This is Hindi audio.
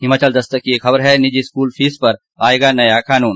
हिमाचल दस्तक की एक खबर है निजी स्कूल फीस पर आएगा नया कानून